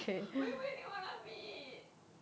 wait where do you wanna meet